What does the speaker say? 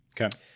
Okay